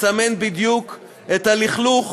מסמן בדיוק את הלכלוך,